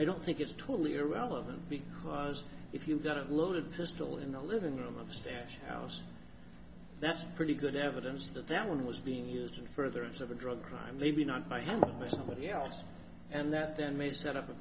i don't think it's totally irrelevant because if you've got a loaded pistol in the living room of stash house that's pretty good evidence that that one was being used to further of a drug crime maybe not by hand by somebody else and that then may set